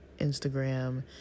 Instagram